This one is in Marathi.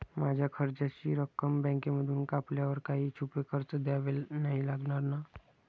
माझ्या कर्जाची रक्कम बँकेमधून कापल्यावर काही छुपे खर्च द्यावे नाही लागणार ना?